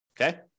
Okay